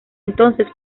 entonces